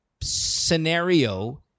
scenario